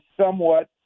somewhat